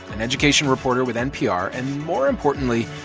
an education reporter with npr and, more importantly,